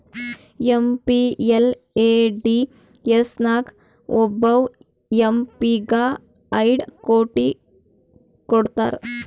MPLADS ನಾಗ್ ಒಬ್ಬವ್ M P ಗ ಐಯ್ಡ್ ಕೋಟಿ ಕೊಡ್ತಾರ್